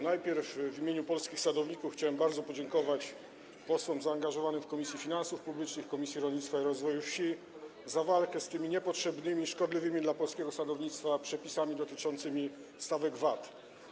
Najpierw w imieniu polskich sadowników chcę bardzo podziękować posłom zaangażowanym w prace Komisji Finansów Publicznych oraz Komisji Rolnictwa i Rozwoju Wsi za walkę z tymi niepotrzebnymi, szkodliwymi dla polskiego sadownictwa przepisami dotyczącymi stawek VAT.